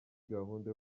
gahunda